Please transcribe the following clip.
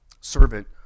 servant